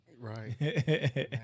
Right